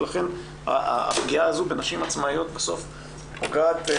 לכן הפגיעה הזאת בנשים עצמאיות פוגעת בסוף